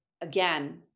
again